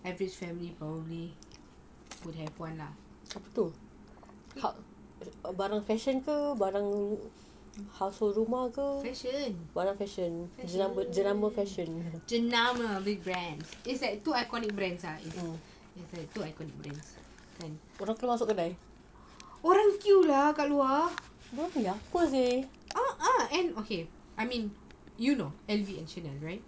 average family probably would have one lah fashion jenama big brand it's like that two iconic brand lah orang queue lah kat luar uh uh okay you know L_V and chanel